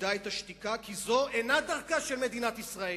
יגדע את השתיקה, כי זו אינה דרכה של מדינת ישראל.